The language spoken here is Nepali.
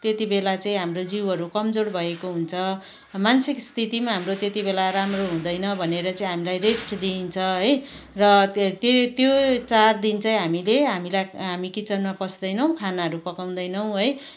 त्यति बेला चाहिँ हाम्रो जिउहरू कमजोर भएको हुन्छ मानसिक स्थिती पनि हाम्रो त्यति बेला राम्रो हुँदैन भनेर चाहि हामलाई रेस्ट दिइन्छ है र त्यो त्यही त्यो चार दिन चाहि हामीले हामीलाई हामी किचनमा पस्दैनौँ खानहरू पकाउँदैनौँ है